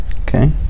Okay